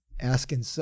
asking